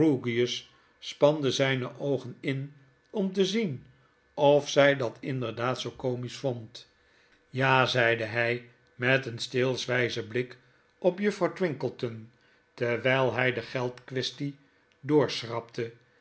spande zyne oogen in om te zien of zy at inderdaad zoo komisch vond ja zeide hy met een steelswyzen blik op juffrouw twinkleton terwijl hy de geldquaestie